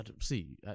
see